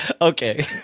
Okay